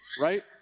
right